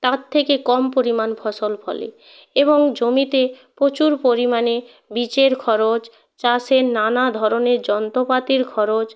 তার থেকে কম পরিমাণ ফসল ফলে এবং জমিতে প্রচুর পরিমাণে বীজের খরচ চাষের নানা ধরনের যন্ত্রপাতির খরচ